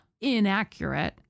Inaccurate